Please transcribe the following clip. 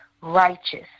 righteous